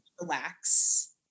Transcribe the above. relax